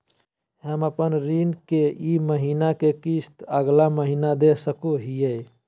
हम अपन ऋण के ई महीना के किस्त अगला महीना दे सकी हियई?